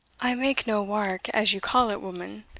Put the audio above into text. i make no wark, as ye call it, woman.